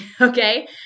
okay